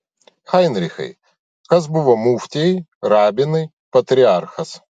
heinrichai kas buvo muftijai rabinai patriarchas